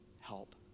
help